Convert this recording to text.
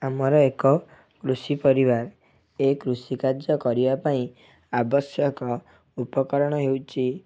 ଆମର ଏକ କୃଷି ପରିବାର ଏଇ କୃଷିକାର୍ଯ୍ୟ କରିବା ପାଇଁ ଆବଶ୍ୟକ ଉପକରଣ ହେଉଛି